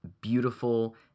beautiful